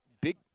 big